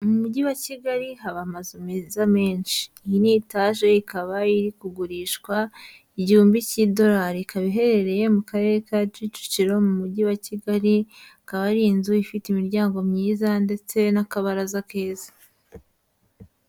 Mu mugi wa Kigali haba amazu meza menshi, iyi ni itaje ikaba iri kugurishwa igihumbi cy'idorari, ikaba iherereye mu karere ka Kicukiro, mu mugi wa Kigali akaba ari inzu ifite imiryango myiza ndetse n'akabaraza keza.